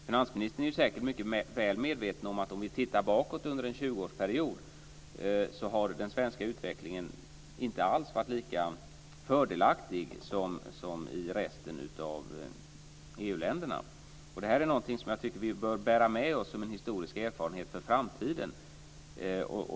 Finansministern är säkert mycket väl medveten om att den svenska utvecklingen under den senaste 20-årsperioden inte alls har varit lika fördelaktig som i resten av EU-länderna. Jag tycker att vi bör bära med oss det här som en historisk erfarenhet för framtiden.